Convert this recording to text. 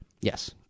Yes